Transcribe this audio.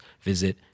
visit